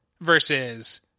versus